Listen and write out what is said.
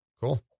Cool